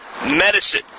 medicine